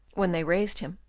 when they raised him,